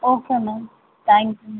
okay ma'am thank you